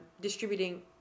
distributing